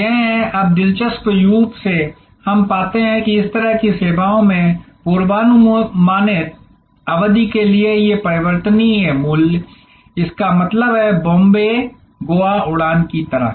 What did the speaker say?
ये हैं अब दिलचस्प रूप से हम पाते हैं कि इस तरह की सेवाओं में पूर्वानुमानित अवधि के लिए ये परिवर्तनीय मूल्य इसका मतलब है बॉम्बे गोवा उड़ान की तरह